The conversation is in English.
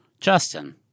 Justin